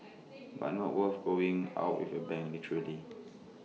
but not worth going out with A bang literally